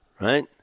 right